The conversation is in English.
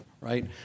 right